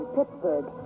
Pittsburgh